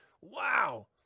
wow